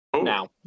Now